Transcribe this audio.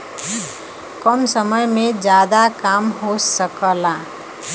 कम समय में जादा काम हो सकला